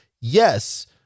yes